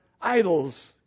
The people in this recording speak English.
idols